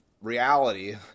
reality